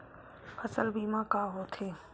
फसल बीमा का होथे?